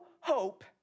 hope